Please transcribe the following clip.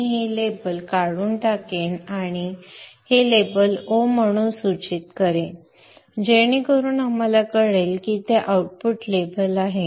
मी हे लेबल काढून टाकेन आणि हे लेबल o म्हणून सूचित करेन जेणेकरून आपल्याला कळेल की ते आउटपुट लेबल आहे